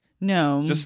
No